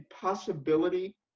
possibility